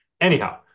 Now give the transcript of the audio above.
Anyhow